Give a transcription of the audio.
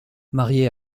marié